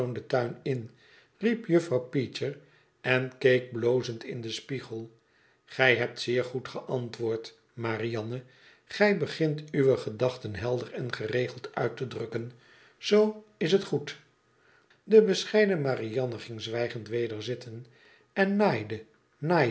den tuin in riep juffrouw peecher en keek blozend in den spiegel gij hebt zeer goed geantwoord marianne gij begint uwe gedachten helder en geregeld uit te drukken zoo is het goed de bescheiden marianne ging zwijgend weder zitten en